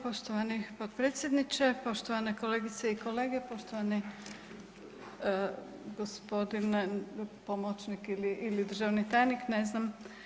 Poštovani potpredsjedniče, poštovane kolegice i kolege, poštovani gospodine pomoćnik ili državni tajnik, ne znam.